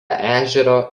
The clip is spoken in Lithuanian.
ežero